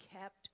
kept